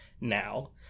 now